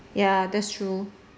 ya that's true